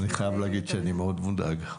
אני חייב להגיד שאני מאוד מודאג.